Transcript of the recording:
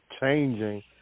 changing